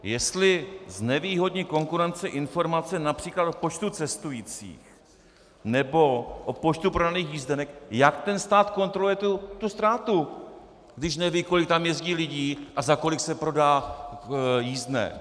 Jestli znevýhodní konkurenci informace například o počtu cestujících nebo o počtu prodaných jízdenek, jak ten stát kontroluje tu ztrátu, když neví, kolik tam jezdí lidí a za kolik se prodá jízdné?